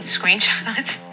Screenshots